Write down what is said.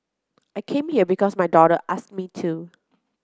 I came here because my daughter asked me to